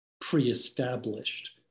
pre-established